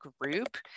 group